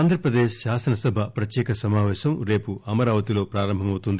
ఆంధ్రప్రదేశ్ శాసనసభ ప్రత్యేక సమావేశం రేపు అమరావతిలో ప్రారంభమవుతుంది